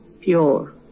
pure